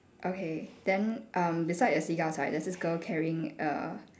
okay then um beside the seagulls right there's this girl carrying a